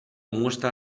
muestra